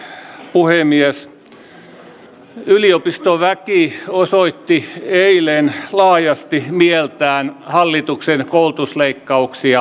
yliopistoväki osoitti eilen laajasti mieltään hallituksen koulutusleikkauksia vastaan